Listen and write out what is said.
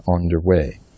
underway